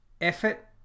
effort